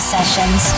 Sessions